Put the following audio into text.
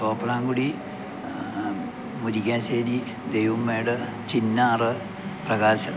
തോപ്രാങ്കുടി മുരികാശ്ശേരി ദൈവമേട് ചിന്നാര് പ്രകാശം